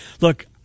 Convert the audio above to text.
Look